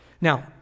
Now